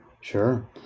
sure